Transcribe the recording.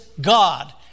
God